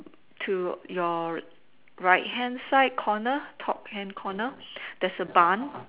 to your right hand side corner top hand corner there's a bun